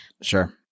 Sure